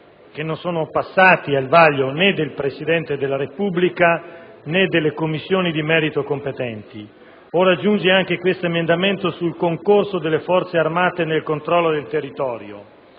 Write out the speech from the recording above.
che prima siano passati al vaglio né del Presidente della Repubblica, né delle Commissioni di merito competenti. Ora si aggiunge anche questo emendamento sul concorso delle Forze armate nel controllo del territorio.